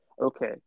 Okay